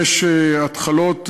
יש התחלות,